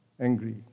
angry